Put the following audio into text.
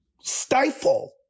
stifle